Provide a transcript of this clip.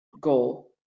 goal